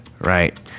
right